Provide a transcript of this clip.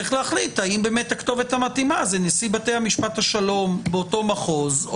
צריך להחליט האם הכתובת המתאימה זה נשיא בתי המשפט השלום באותו מחוז,